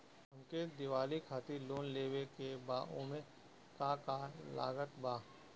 हमके दिवाली खातिर लोन लेवे के बा ओमे का का लागत बा?